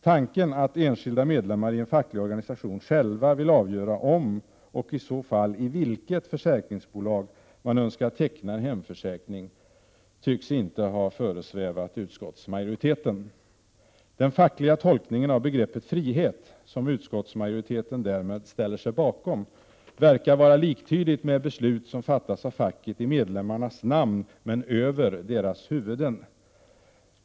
Tanken att enskilda medlemmar i en facklig organisation själva vill avgöra om och i så fall i vilket försäkringsbolag man önskar teckna en hemförsäkring tycks inte ha föresvävat utskottsmajoriteten. Den fackliga tolkningen av begreppet frihet — som utskottsmajoriteten därmed ställer sig bakom — verkar vara liktydig med beslut som fattas av facket i medlemmarnas namn men över deras huvuden.